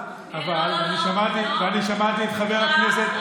ואני שמעתי את חבר הכנסת,